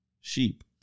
sheep